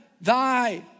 thy